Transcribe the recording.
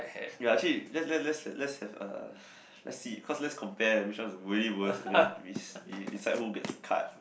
ya actually let's let's let's let's have a let's see cause let's compare which one is really worse and then we we decide who gets the card